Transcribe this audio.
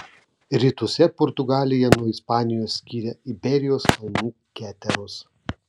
rytuose portugaliją nuo ispanijos skiria iberijos kalnų keteros